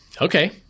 okay